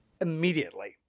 immediately